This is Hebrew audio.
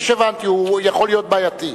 הוא יכול להיות בעייתי.